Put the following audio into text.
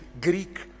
Greek